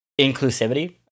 inclusivity